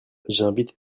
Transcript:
j’invite